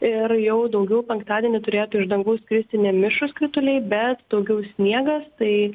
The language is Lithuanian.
ir jau daugiau penktadienį turėtų iš dangaus kristi ne mišrūs krituliai bet daugiau sniegas tai